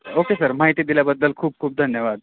okay sir माहिती दिल्याबद्दल खूप खूप धन्यवाद